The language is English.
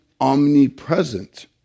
omnipresent